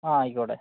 ആ ആയിക്കോട്ടെ